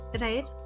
right